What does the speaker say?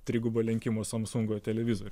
trigubo lenkimo samsungo televizorių